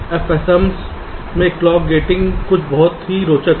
आप FSMs में clock gating कुछ बहुत ही रोचक है